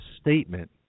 statement